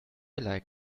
like